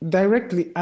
directly